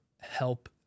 help